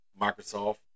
Microsoft